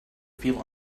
feel